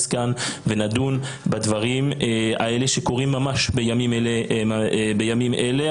כאן ונדון בדברים האלה שקורים ממש בימים אלה.